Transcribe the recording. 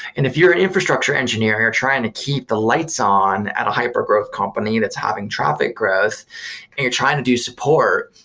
and if you're an infrastructure engineer or you're trying to keep the lights on at a hypergrowth company that's having traffic growth and you're trying to do support,